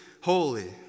holy